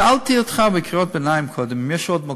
שאלתי אותך בקריאת ביניים קודם אם יש עוד מקום,